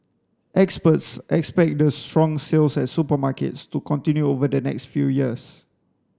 experts expect the strong sales at supermarkets to continue over the next few years